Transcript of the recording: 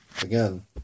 Again